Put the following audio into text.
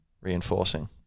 reinforcing